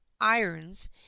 irons